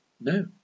No